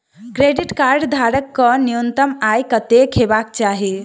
Credit card धारक कऽ न्यूनतम आय कत्तेक हेबाक चाहि?